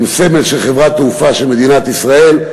הן סמל של חברת תעופה של מדינת ישראל,